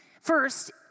First